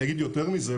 אני אגיד יותר מזה,